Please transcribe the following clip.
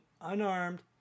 unarmed